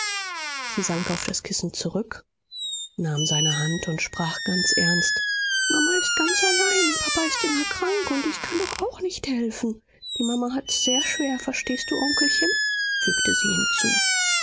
sie sank auf das kissen zurück nahm seine hand und sprach ganz ernst mama ist ganz allein papa ist immer krank und ich kann doch auch nicht helfen die mama hat's sehr schwer verstehst du onkelchen fügte sie hinzu